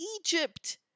Egypt